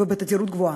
ובתדירות גבוהה.